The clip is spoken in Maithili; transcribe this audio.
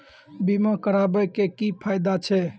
बीमा कराबै के की फायदा छै?